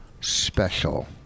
Special